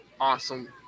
Awesome